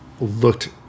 looked